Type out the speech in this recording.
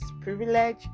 privilege